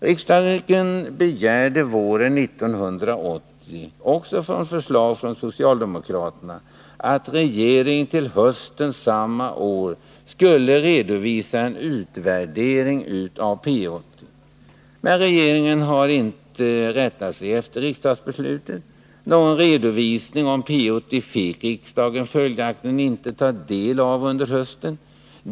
Riksdagen begärde våren 1980, också efter förslag från socialdemokraterna, att regeringen till hösten samma år skulle redovisa en utvärdering av P 80. Regeringen har emellertid inte rättat sig efter det riksdagsbeslutet. Någon redovisning av P 80 fick riksdagen följaktligen inte ta del av under hösten.